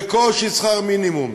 בקושי שכר מינימום.